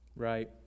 Right